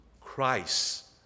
Christ